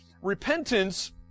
Repentance